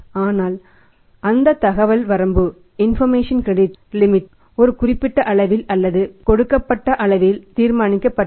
ஆனால் அந்த தகவல் வரம்பு ஒரு குறிப்பிட்ட அளவில் அல்லது கொடுக்கப்பட்ட அளவில் தீர்மானிக்கப்பட்டது